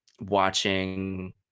watching